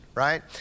right